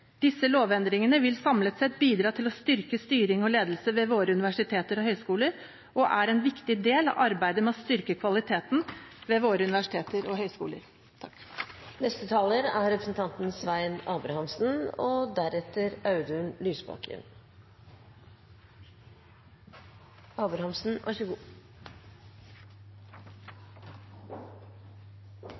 Disse lovendringene vil samlet sett bidra til å styrke styring og ledelse ved våre universiteter og høyskoler og er en viktig del av arbeidet med å styrke kvaliteten ved våre universiteter og høyskoler. I denne saken har ledelsesmodellen ved høyskolene og